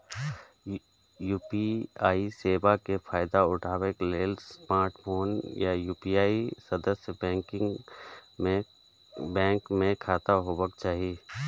UPI सेवा के फायदा उठबै लेल स्मार्टफोन आ यू.पी.आई सदस्य बैंक मे खाता होबाक चाही